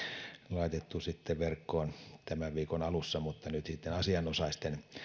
laitettu verkkoon tämän viikon alussa mutta nyt sitten asianosaisten